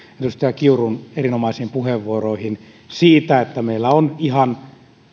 edustaja kiurun erinomaisiin puheenvuoroihin siitä että meillä on ihan